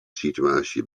situaasje